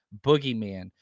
boogeyman